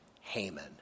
Haman